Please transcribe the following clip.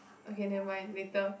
okay never mind later